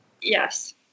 Yes